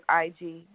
IG